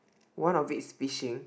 one of it is fishing